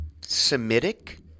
Semitic